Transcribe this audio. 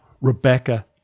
Rebecca